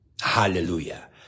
Hallelujah